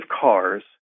cars